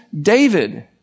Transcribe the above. David